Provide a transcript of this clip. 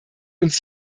uns